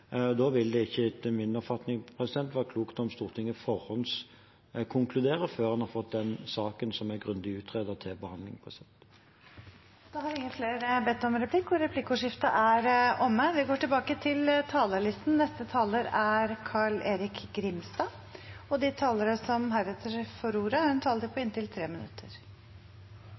vil det ikke, etter min oppfatning, være klokt om Stortinget forhåndskonkluderer før de har fått saken til behandling. Replikkordskiftet er omme. De talere som heretter får ordet, har en taletid på 3 minutter. Fristbruddsproblematikken dreier seg dypest sett om at vi som politikere må holde det vi lover. Siden dette er